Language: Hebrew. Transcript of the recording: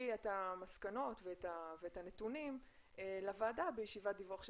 את המסקנות ואת הנתונים לוועדה בישיבת דיווח שתהיה.